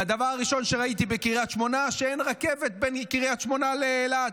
והדבר הראשון שראיתי בקריית שמונה הוא שאין רכבת בין קריית שמונה לאילת.